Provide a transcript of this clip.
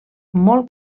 molt